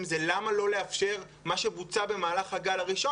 למה לא לאפשר את מה שבוצע במהלך הגל הראשון?